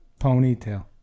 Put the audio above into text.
Ponytail